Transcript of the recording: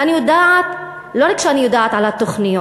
ואני יודעת, לא רק שאני יודעת על התוכניות,